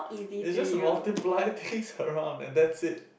it's just multiply things around and that's it